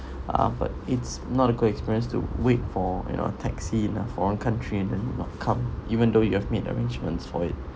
uh but it's not a good experience to wait for you know taxi in a foreign country and then not come even though you have made arrangements for it